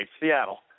Seattle